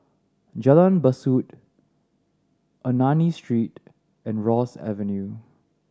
Jalan Besut Ernani Street and Ross Avenue